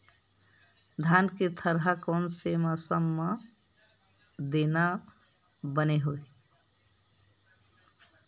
धान के थरहा कोन से मौसम म देना बने होही?